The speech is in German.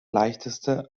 leichteste